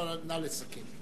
נא לסכם.